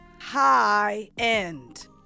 high-end